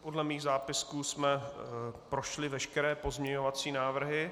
Podle mých zápisků jsme prošli veškeré pozměňovací návrhy.